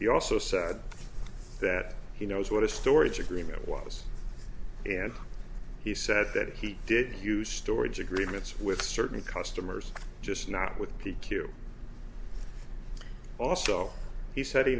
he also said that he knows what a storage agreement was and he said that he did use storage agreements with certain customers just not with p q also he said he